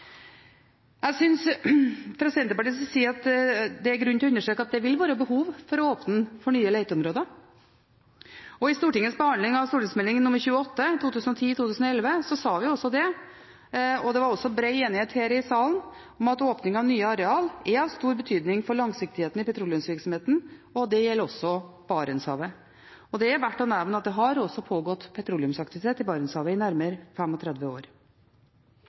Fra Senterpartiets side er det grunn til å understreke at det vil være behov for å åpne for nye leteområder, og i Stortingets behandling av Meld. St. 28 for 2010–2011 sa vi også det. Det var også bred enighet her i salen om at åpning av nye arealer er av stor betydning for langsiktigheten i petroleumsvirksomheten, og det gjelder også Barentshavet. Det er verdt å nevne at det også har pågått petroleumsaktivitet i Barentshavet i nærmere 35 år.